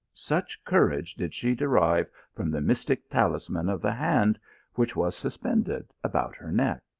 such courage did she derive from the mystic talisman of the hand which was suspended about her neck.